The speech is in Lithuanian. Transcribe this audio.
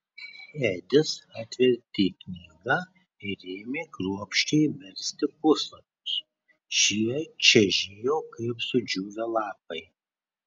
edis atvertė knygą ir ėmė kruopščiai versti puslapius šie čežėjo kaip sudžiūvę lapai